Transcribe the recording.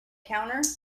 counter